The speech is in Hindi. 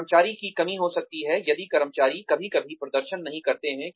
कर्मचारी की कमी हो सकती है यदि कर्मचारी कभी कभी प्रदर्शन नहीं करते हैं